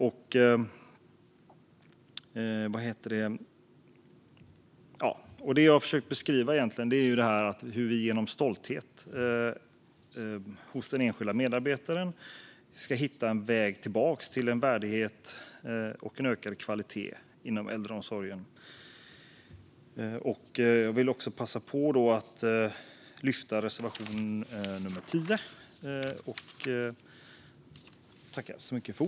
Jag har försökt beskriva hur vi med hjälp av stolthet hos den enskilda medarbetaren ska hitta en väg tillbaka till värdighet och ökad kvalitet inom äldreomsorgen. Jag vill passa på att lyfta upp reservation nummer 10.